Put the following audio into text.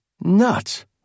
nuts